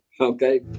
okay